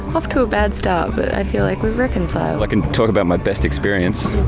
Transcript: off to a bad start, but i feel like we've reconciled. i can talk about my best experience,